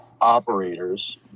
operators